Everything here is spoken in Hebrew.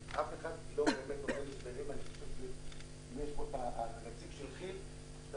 אף אחד לא --- אם יש פה את הנציג של כי"ל דבר